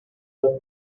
the